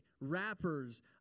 rappers